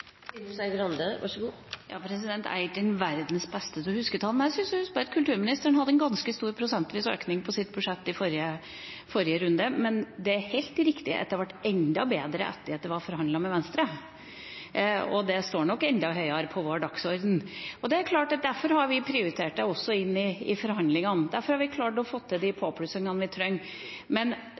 representanten Skei Grande om at kultursektoren konsekvent taper for alle andre budsjettområder under denne regjeringen? Jeg er ikke verdens beste til å huske tall, men jeg syns å huske at kulturministeren hadde en ganske stor prosentvis økning i sitt budsjett i forrige runde, men det er helt riktig at det ble enda bedre etter at det var forhandlet med Venstre, og det står nok enda høyere på vår dagsorden. Derfor har vi prioritert det inn i forhandlingene. Derfor har vi klart å få de påplussingene vi trenger.